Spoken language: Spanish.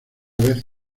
vez